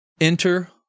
Enter